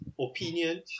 opinion